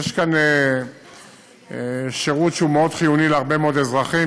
יש כאן שירות שהוא מאוד חיוני להרבה מאוד אזרחים,